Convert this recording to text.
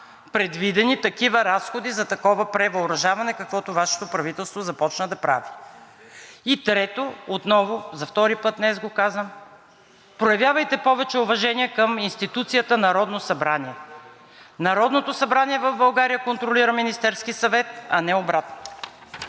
предвидени такива разходи за такова превъоръжаване, каквото Вашето правителство започна да прави, и трето, отново за втори път днес го казвам, проявявайте повече уважение към институцията Народно събрание. Народното събрание в България контролира Министерския съвет, а не обратното.